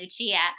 Lucia